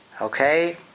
Okay